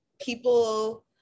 people